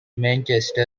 manchester